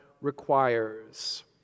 requires